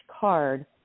card